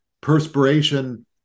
perspiration